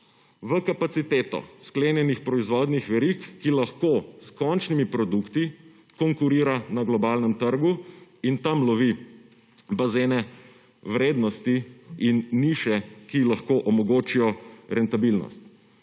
v kapaciteto sklenjenih proizvodnih verig, ki lahko s končnimi produkti konkurira na globalnem trgu in tam lovi bazene vrednosti in niše, ki lahko omogočijo rentabilnost.